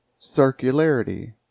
Circularity